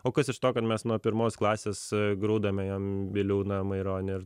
o kas iš to kad mes nuo pirmos klasės grūdame jiem biliūną maironį ir